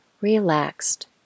relaxed